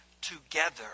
together